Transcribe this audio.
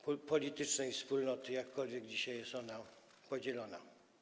politycznej wspólnoty, jakkolwiek dzisiaj jest ona podzielona.